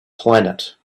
planet